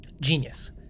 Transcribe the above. genius